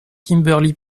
kimberly